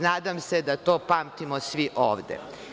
Nadam se da to pamtimo svi ovde.